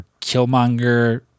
killmonger